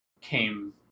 came